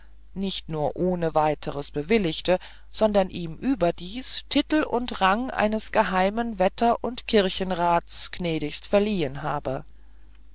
nicht nur ohne weiters bewilligt sondern ihm überdies titel und rang eines geheimen wetter und kirchenrats gnädigst verliehen habe